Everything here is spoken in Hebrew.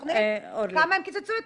כמה הם קיצצו אתמול?